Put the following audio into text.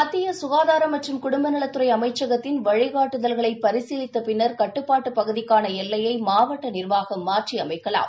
மத்தியசுகாதாரம் குடும்பநலத்துறைஅமைச்சகத்தின் மற்றும் வழிகாட்டுதல்களைபரிசீலித்தபின்னா்கட்டுப்பாட்டுபகுதிக்கானஎல்லையைமாவட்டநிா்வாகம் மாற்றிஅமைக்கலாம்